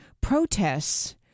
protests